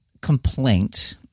complaint